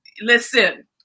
listen